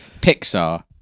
Pixar